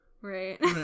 Right